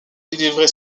délivrer